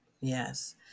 yes